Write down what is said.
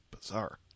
Bizarre